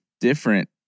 different